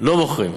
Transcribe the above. לא מוכרים.